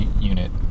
unit